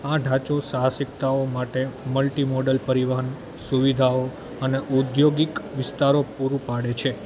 આ ઢાંચો સાહસિકતાઓ માટે મલ્ટી મોડલ પરિવહન સુવિધાઓ અને ઔદ્યોગિક વિસ્તારો પૂરું પાડે છે